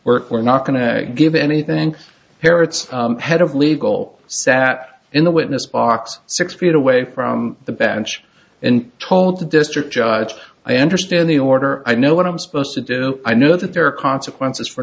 work we're not going to give anything parents head of legal sat in the witness box six feet away from the bench and told the district judge i understand the order i know what i'm supposed to do i know that there are consequences for